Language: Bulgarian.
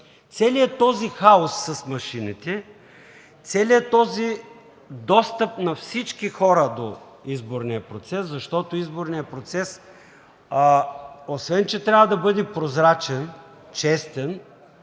Целият този хаос с машините, целият този достъп на всички хора до изборния процес… Защото изборният процес, освен че трябва да бъде прозрачен, честен,